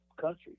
country